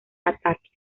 ataques